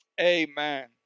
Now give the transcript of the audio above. amen